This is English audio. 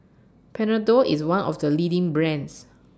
Panadol IS one of The leading brands